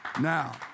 Now